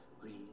green